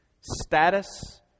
status